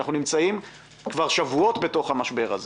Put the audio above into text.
כשאנחנו נמצאים כבר שבועות בתוך המשבר הזה.